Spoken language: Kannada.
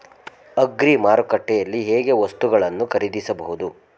ಅಗ್ರಿ ಮಾರುಕಟ್ಟೆಯಲ್ಲಿ ಹೇಗೆ ವಸ್ತುಗಳನ್ನು ಖರೀದಿಸಬಹುದು?